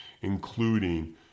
including